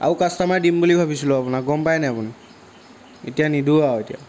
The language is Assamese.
আৰু কাষ্ট'মাৰ দিম বুলি ভাবিছিলো আপোনাক গম পাই নে নাই আপুনি এতিয়া নিদো আৰু এতিয়া